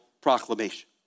proclamation